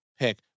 pick